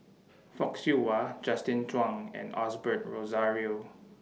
Fock Siew Wah Justin Zhuang and Osbert Rozario